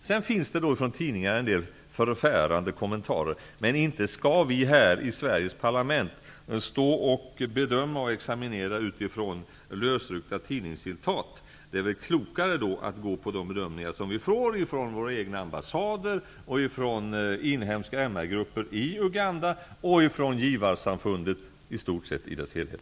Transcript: Sedan finns det i tidningarna en del förfärande kommentarer. Men inte skall vi här i Sveriges parlament bedöma och examinera utifrån lösryckta tidningscitat. Det är väl klokare att utgå från de bedömningar vi får från våra egna ambassader, ifrån inhemska MR-grupper i Uganda och ifrån givarsamfundet i stort sett i dess helhet.